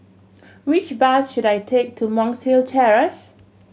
which bus should I take to Monk's Hill Terrace